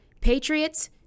Patriots